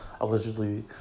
allegedly